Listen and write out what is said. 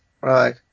right